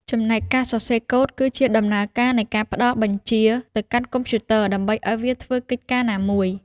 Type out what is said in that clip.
ចំណែកការសរសេរកូដគឺជាដំណើរការនៃការផ្តល់បញ្ជាទៅកាន់កុំព្យូទ័រដើម្បីឱ្យវាធ្វើកិច្ចការណាមួយ។